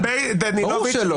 ברור שלא.